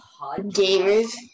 Gamers